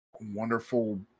wonderful